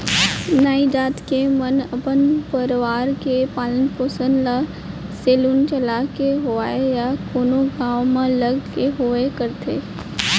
नाई जात के मन अपन परवार के पालन पोसन ल सेलून चलाके होवय या कोनो गाँव म लग के होवय करथे